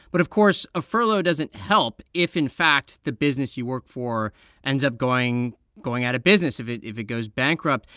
but, of course, a furlough doesn't help if, in fact, the business you work for ends up going going out of business, if it if it goes bankrupt.